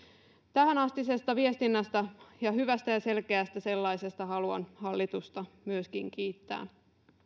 tähänastisesta viestinnästä ja hyvästä ja selkeästä sellaisesta haluan hallitusta myöskin kiittää